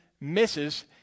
misses